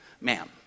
ma'am